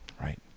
Right